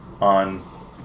on